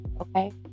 Okay